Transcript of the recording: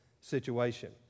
situation